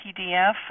PDF